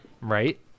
right